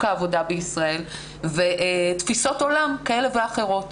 העבודה בישראל ותפיסות עולם כאלה ואחרות.